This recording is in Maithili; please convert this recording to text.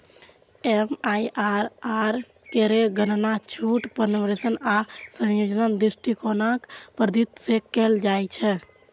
एम.आई.आर.आर केर गणना छूट, पुनर्निवेश आ संयोजन दृष्टिकोणक पद्धति सं कैल जाइ छै